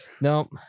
Nope